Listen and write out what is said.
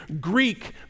Greek